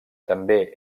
també